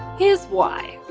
here's why.